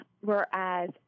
whereas